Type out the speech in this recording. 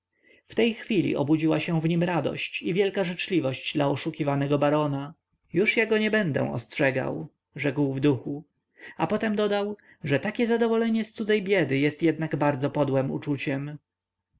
w tej chwili obudziła się w nim radość i wielka życzliwość dla oszukiwanego barona już ja go nie będę ostrzegał rzekł w duchu a potem dodał że takie zadowolenie z cudzej biedy jest jednak bardzo podłem uczuciem